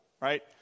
right